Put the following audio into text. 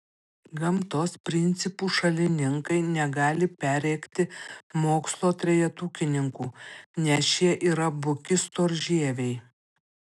gamtos principų šalininkai negali perrėkti mokslo trejetukininkų nes šie yra buki storžieviai